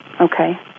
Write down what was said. Okay